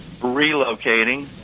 relocating